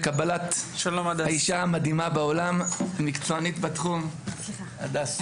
לקבלת האישה המדהימה בעולם, מקצוענית בתחום, הדס.